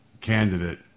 candidate